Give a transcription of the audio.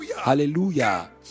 Hallelujah